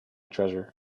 treasure